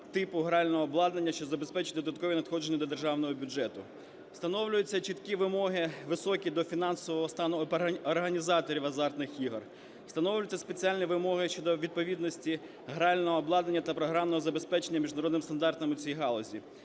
типу грального обладнання, що забезпечить додаткові надходження до державного бюджету. Встановлюються чіткі вимоги високі до фінансового стану організаторів азартних ігор. Встановлюються спеціальні вимоги щодо відповідності грального обладнання та програмного забезпечення міжнародним стандартам у цій галузі.